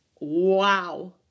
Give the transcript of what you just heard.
wow